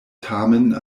tamen